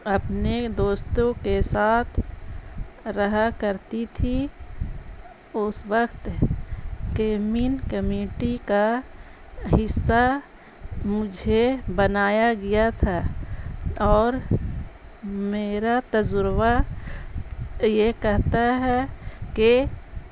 اپنے دوستوں کے ساتھ رہا کرتی تھی اس وقت گمن کمیٹی کا حصہ مجھے بنایا گیا تھا اور میرا تجربہ یہ کہتا ہے کہ